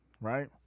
right